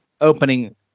opening